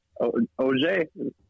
OJ